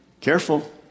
Careful